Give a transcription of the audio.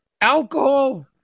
alcohol